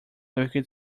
liquid